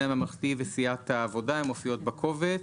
הממלכתי וסיעת העבודה הן מופיעות בקובץ.